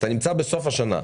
כשאתה נמצא בסוף השנה,